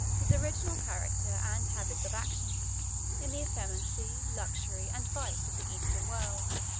his original character and habits of action in the effeminacy, luxury, and vice of the eastern world,